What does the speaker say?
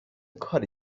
کار